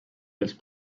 dels